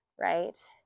right